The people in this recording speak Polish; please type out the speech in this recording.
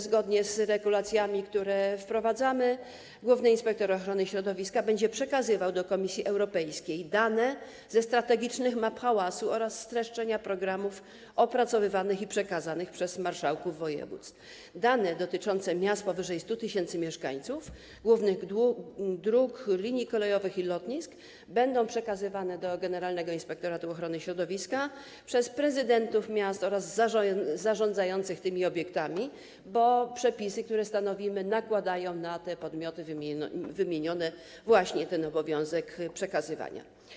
Zgodnie z regulacjami, które wprowadzamy, główny inspektor ochrony środowiska będzie przekazywał do Komisji Europejskiej dane ze strategicznych map hałasu oraz streszczenia programów opracowywanych i przekazanych przez marszałków województw; dane dotyczące miast powyżej 100 tys. mieszkańców, głównych dróg, linii kolejowych i lotnisk będą przekazywane do generalnego inspektora ochrony środowiska przez prezydentów miast oraz zarządzających tymi obiektami, bo przepisy, które stanowimy, nakładają na te wymienione podmioty właśnie ten obowiązek przekazywania.